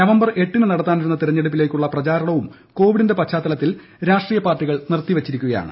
November എട്ടിന് നടത്താനിരുന്ന തെരഞ്ഞെടുപ്പിലേക്കുള്ള പ്രചാരണവും കോവിഡിന്റെ പശ്ചാത്തലത്തിൽ രാഷ്ടീയപാർട്ടികൾ നിർത്തിവെച്ചിരിക്കുകയാണ്